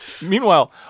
Meanwhile